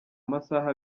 amasaha